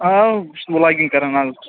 آ بہٕ چھُس بُلاگِنگ کَران اَز